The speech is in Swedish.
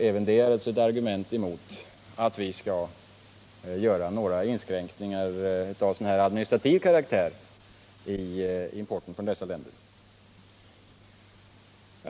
Även det är alltså ett argument mot att vi skall göra några inskränkningar av administrativ karaktär i importen från dessa länder.